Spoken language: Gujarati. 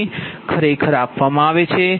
તે ખરેખર આપવામાં આવે છે